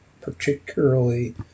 particularly